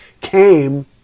came